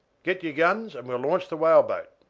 get your guns and we'll launch the whaleboat.